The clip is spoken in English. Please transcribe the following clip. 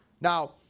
Now